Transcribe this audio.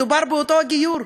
מדובר באותו הגיור,